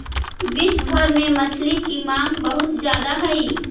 विश्व भर में मछली की मांग बहुत ज्यादा हई